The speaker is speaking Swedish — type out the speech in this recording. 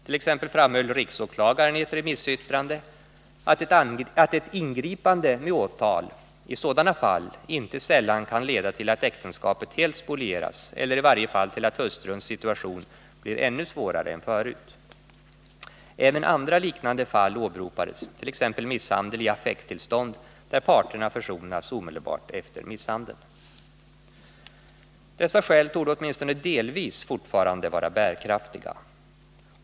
T. ex. framhöll riksåklagaren i ett remissyttrande att ett ingripande med åtal i sådana fall inte sällan kan leda till att äktenskapet helt spolieras eller i varje fall till att hustruns situation blir ännu svårare än förut. Även andra liknande fall åberopades, t.ex. misshandel i affekttillstånd, där parterna försonas omedelbart efter misshandeln. Dessa skäl torde åtminstone delvis fortfarande vara bärkraftiga.